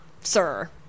Sir